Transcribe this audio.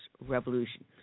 revolution